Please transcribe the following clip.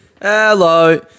Hello